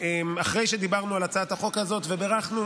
אחרי שדיברנו על הצעת החוק הזאת ובירכנו